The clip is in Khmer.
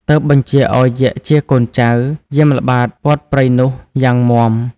ទើបបញ្ជាឲ្យយក្ខជាកូនចៅ យាមល្បាតព័ទ្ធព្រៃនោះយ៉ាងមាំ។